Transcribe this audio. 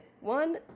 one